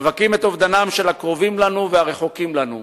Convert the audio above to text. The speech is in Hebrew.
מבכים את אובדנם של הקרובים לנו והרחוקים מאתנו,